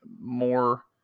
more